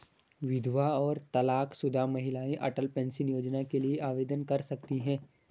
विधवा और तलाकशुदा महिलाएं अटल पेंशन योजना के लिए आवेदन कर सकती हैं